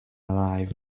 alive